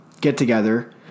get-together